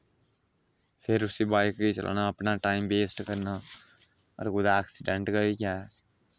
फिर उस्सी बाईक गी चलाना अपना टाईम बेस्ट करना होर कुतै एक्सीडैंट गै होईया